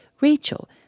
Rachel